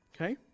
Okay